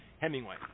Hemingway